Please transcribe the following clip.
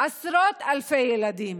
עשרות אלפי ילדים,